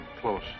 close